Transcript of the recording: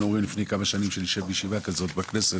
אומרים לפני כמה שנים שנשב בישיבה כזאת בכנסת,